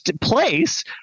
place